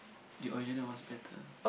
the original one's better